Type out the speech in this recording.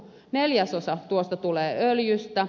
neljäsosa tuosta tulee öljystä